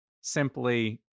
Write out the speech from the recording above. simply